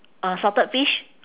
uh salted fish